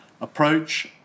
approach